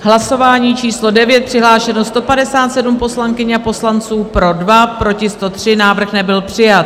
Hlasování číslo 9, přihlášeno 157 poslankyň a poslanců, pro 2, proti 103, Návrh nebyl přijat.